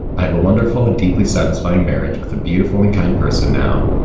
i have a wonderful and deeply satisfying marriage with a beautiful and kind person now.